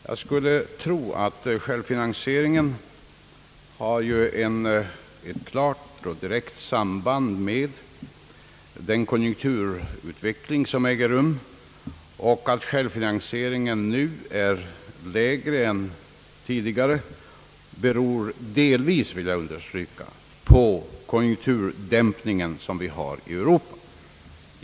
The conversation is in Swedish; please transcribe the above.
Jag skulle tro att självfinansieringen har etit klart och direkt samband med den konjunkturutveckling som äger rum. Att självfinansieringen nu är lägre än tidigare beror delvis — jag vill understryka detta — på den konjunkturdämpning som vi för närvarande har i Europa.